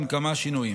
עם כמה שינויים.